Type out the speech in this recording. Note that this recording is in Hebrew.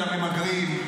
אלא ממגרים.